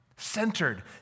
Centered